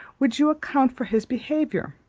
would you account for his behaviour?